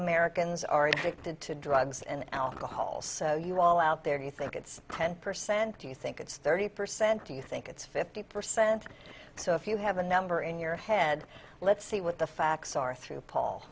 americans are addicted to drugs and alcohol so you all out there you think it's ten percent do you think it's thirty percent do you think it's fifty percent so if you have a number in your head let's see what the facts are through paul